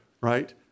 right